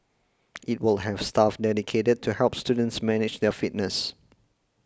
it will have staff dedicated to help students manage their fitness